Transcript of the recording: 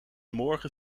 morgen